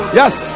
yes